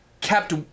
kept